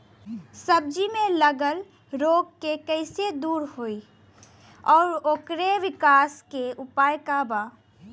सब्जी में लगल रोग के कइसे दूर होयी और ओकरे विकास के उपाय का बा?